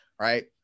right